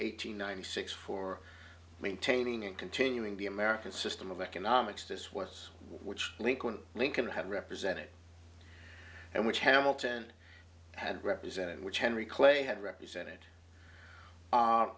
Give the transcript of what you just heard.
hundred ninety six for maintaining and continuing the american system of economics this was which lincoln lincoln had represented and which hamilton had represented which henry clay had represented